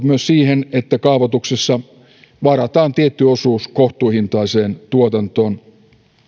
myös siihen että kaavoituksessa varataan tietty osuus kohtuuhintaiseen tuotantoon